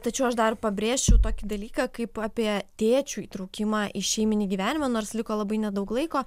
tačiau aš dar pabrėšiu tokį dalyką kaip apie tėčių įtraukimą į šeimyninį gyvenimą nors liko labai nedaug laiko